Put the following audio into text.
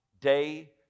day